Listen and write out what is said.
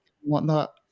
whatnot